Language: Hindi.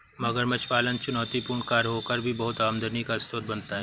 मगरमच्छ पालन चुनौतीपूर्ण कार्य होकर भी बहुत आमदनी का स्रोत बनता है